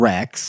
Rex